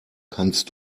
kannst